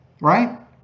right